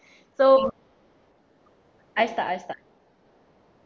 so I start I start